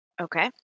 Okay